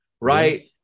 right